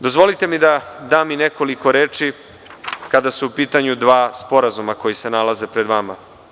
Dozvolite mi da dam i nekoliko reči kada su u pitanju dva sporazuma koji se nalaze pred vama.